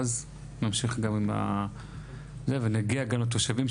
ואז נמשיך ונגיע גם לתושבים,